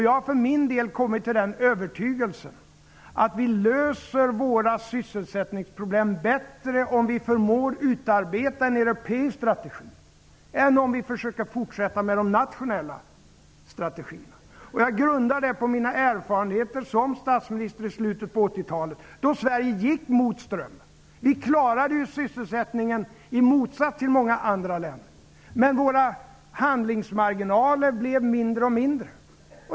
Jag har kommit till den övertygelsen att vi löser våra sysselsättningsproblem bättre om vi förmår utarbeta en europeisk strategi i stället för att försöka fortsätta med den nationella strategin. Jag grundar detta på mina erfarenheter som statsminister i slutet av 80-talet, då Sverige gick mot strömmen. Vi klarade sysselsättningen i motsats till många andra länder. Men våra handlingsmarginaler blev mindre och mindre.